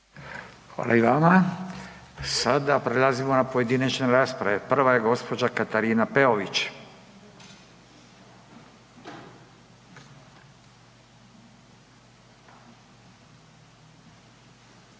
Hvala i vama. Sada prelazimo na pojedinačne rasprave. Prva je gospođa Katarina Peović. Izvolite.